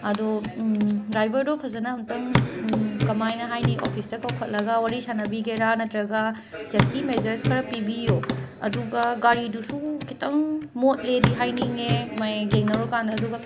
ꯑꯗꯣ ꯗ꯭ꯔꯥꯏꯕꯔꯗꯣ ꯐꯖꯅ ꯑꯃꯨꯛꯇꯪ ꯀꯃꯥꯏꯅ ꯍꯥꯏꯅꯤ ꯑꯣꯐꯤꯁꯇ ꯀꯧꯈꯠꯂꯒ ꯋꯥꯔꯤ ꯁꯥꯅꯕꯤꯒꯦꯔꯥ ꯅꯠꯇ꯭ꯔꯒ ꯁꯦꯐꯇꯤ ꯃꯦꯖꯔꯁ ꯈꯔ ꯄꯤꯕꯤꯌꯣ ꯑꯗꯨꯒ ꯒꯥꯔꯤꯗꯨꯁꯨ ꯈꯤꯇꯪ ꯃꯣꯠꯂꯦꯗꯤ ꯍꯥꯏꯅꯤꯡꯉꯦ ꯃꯌꯥꯝ ꯌꯦꯡꯅꯧꯔꯀꯥꯟꯗ ꯑꯗꯨꯒ